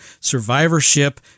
Survivorship